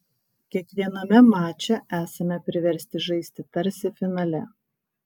kiekviename mače esame priversti žaisti tarsi finale